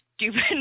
stupid